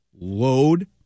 load